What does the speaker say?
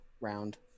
round